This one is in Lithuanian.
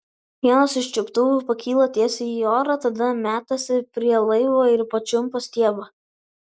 vienas iš čiuptuvų pakyla tiesiai į orą tada metasi prie laivo ir pačiumpa stiebą